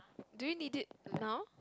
do you need it now